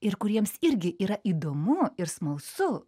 ir kuriems irgi yra įdomu ir smalsu